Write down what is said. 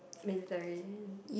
military